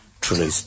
truly